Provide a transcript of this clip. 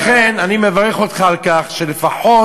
לכן אני מברך אותך על כך שלפחות,